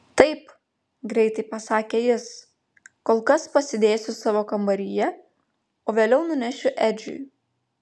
taip greitai pasakė jis kol kas pasidėsiu savo kambaryje o vėliau nunešiu edžiui